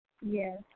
Yes